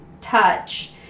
touch